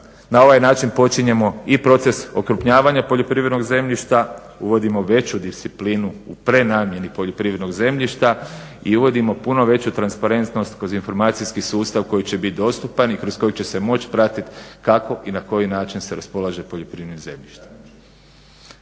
Na ovaj način počinjemo i proces okrupnjavanja poljoprivrednog zemljišta, uvodimo veću disciplinu u prenamjeni poljoprivrednog zemljišta i uvodimo puno veću transparentnost kroz informacijski sustav koji će bit dostupan i kroz kojeg će se moći pratit kako i na koji način se raspolaže poljoprivrednim zemljištem.